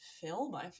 film